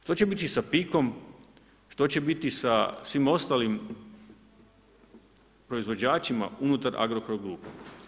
Što će biti sa PIK-om, što će biti sa svim ostalim proizvođačima unutar Agrokor grupe?